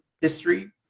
history